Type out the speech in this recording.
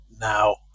now